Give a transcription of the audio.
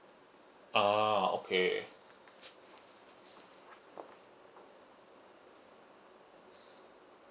ah okay